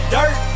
Dirt